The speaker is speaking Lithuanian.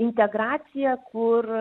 integraciją kur